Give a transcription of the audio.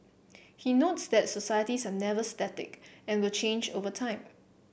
he notes that societies are never static and will change over time